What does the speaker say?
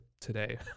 today